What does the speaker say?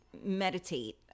meditate